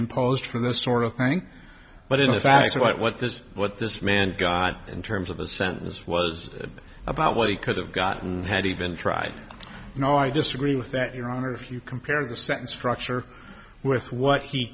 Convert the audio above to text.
imposed from this sort of thing but in fact what what this what this man got in terms of a sentence was about what he could have gotten had even tried you know i disagree with that your honor if you compare the sentence structure with what he